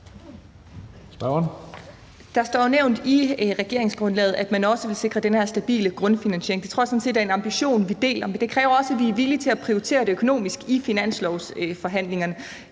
Der står jo nævnt i regeringsgrundlaget, at man også vil sikre den her stabile grundfinansiering. Det tror jeg sådan set er en ambition, vi deler. Men det kræver også, at vi er villige til at prioritere det økonomisk i finanslovsforhandlingerne.